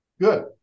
Good